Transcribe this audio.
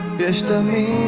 this danny,